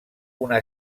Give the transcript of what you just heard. una